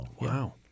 Wow